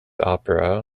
opera